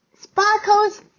sparkles